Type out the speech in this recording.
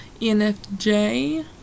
ENFJ